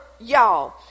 y'all